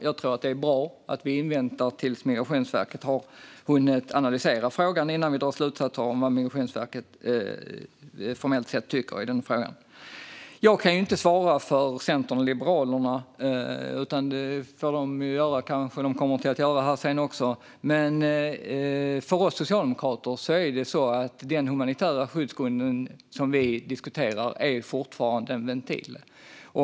Jag tror att det är bra att vi inväntar att Migrationsverket har analyserat frågan innan vi drar slutsatser om vad Migrationsverket formellt sett tycker i frågan. Jag kan inte svara för vad Centern och Liberalerna tycker. Det kanske de kommer att tala om här senare. Men för oss socialdemokrater är den humanitära skyddsgrunden, som vi diskuterar, fortfarande en ventil.